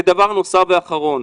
ודבר נוסף ואחרון,